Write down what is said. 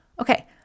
Okay